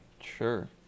Sure